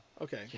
Okay